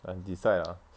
I'm decide ah